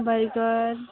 burger